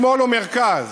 משמאל ומרכז,